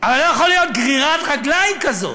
הרי לא יכולה להיות גרירת רגליים כזאת.